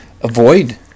avoid